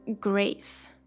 grace